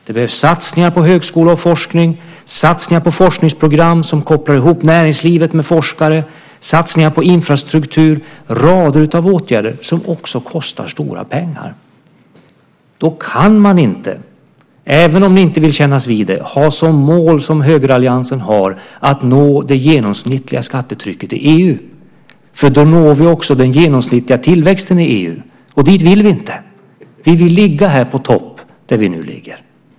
Det behövs satsningar på högskola och forskning, satsningar på forskningsprogram som kopplar ihop näringslivet med forskare, satsningar på infrastruktur, rader av åtgärder som också kostar stora pengar. Då kan man inte, även om man inte vill kännas vid det, ha som mål, vilket högeralliansen har, att nå det genomsnittliga skattetrycket i EU eftersom vi då också når den genomsnittliga tillväxten i EU, och det vill vi inte. Vi vill ligga på topp där vi nu ligger.